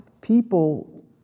people